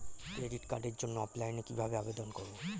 Credit কার্ডের জন্য অফলাইনে কিভাবে আবেদন করব?